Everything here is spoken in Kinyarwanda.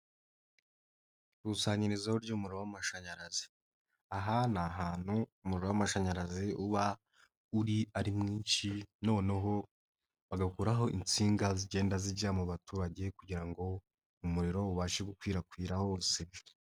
Ikusanyirizo ry'umuriro w'amashanyarazi, aha ni ahantu umuriro w'amashanyarazi uba uri ari mwinshi, noneho bagakuraho insinga zigenda zijya mu baturage kugira ngo umuriro ubashe gukwirakwira hose.